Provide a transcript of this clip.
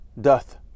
doth